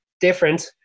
different